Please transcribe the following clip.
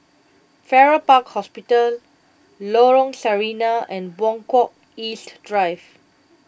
Farrer Park Hospital Lorong Sarina and Buangkok East Drive